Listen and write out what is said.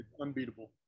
unbeatable